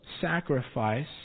sacrifice